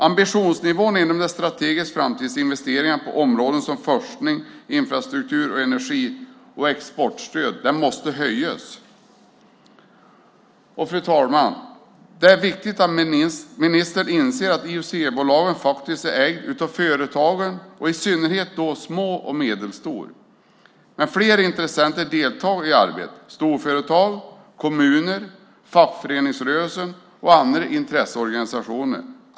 Ambitionsnivån inom de strategiska framtidsinvesteringarna på områden som forskning, infrastruktur, energi och exportstöd måste höjas. Fru talman! Det är viktigt att ministern inser att IUC-bolagen faktiskt är ägda av företagen och i synnerhet då de små och medelstora. Men fler intressenter deltar i arbetet - storföretag, kommuner, fackföreningsrörelsen och andra intresseorganisationer.